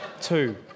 Two